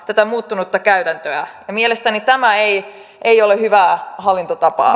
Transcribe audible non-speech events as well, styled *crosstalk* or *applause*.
tätä muuttunutta käytäntöä mielestäni tämä ei ei ole hyvää hallintotapaa *unintelligible*